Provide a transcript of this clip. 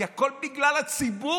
כי הכול בגלל הציבור,